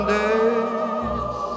days